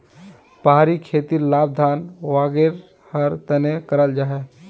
पहाड़ी खेतीर लाभ धान वागैरहर तने कराल जाहा